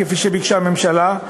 כפי שביקשה הממשלה,